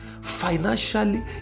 Financially